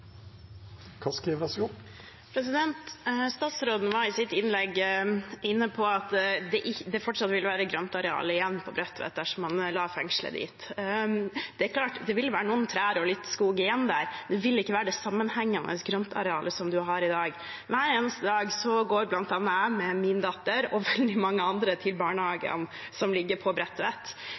Statsråden var i sitt innlegg inne på at det fortsatt vil være et grøntareal igjen på Bredtvet dersom man la fengslet dit. Det er klart, noen trær og litt skog vil være igjen der, men det vil ikke være det sammenhengende grøntarealet som man har i dag. Hver eneste dag går bl.a. jeg med min datter, og veldig mange andre, til barnehagen som ligger på